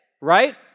right